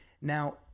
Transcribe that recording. Now